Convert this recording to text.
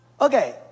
Okay